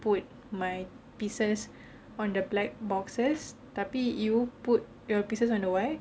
put my pieces on the black boxes tapi you put the pieces on the white